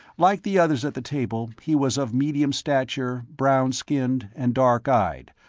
like the others at the table, he was of medium stature, brown-skinned and dark-eyed,